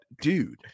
Dude